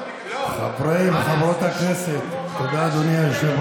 אתה יכול